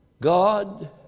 God